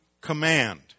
command